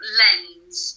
lens